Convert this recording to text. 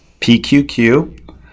PQQ